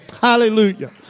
Hallelujah